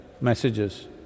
messages